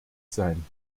sein